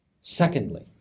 Secondly